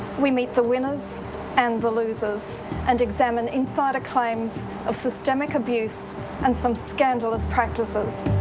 we meet the winners and the losers and examine insider claims of systemic abuse and some scandalous practices.